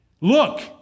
Look